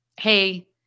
Hey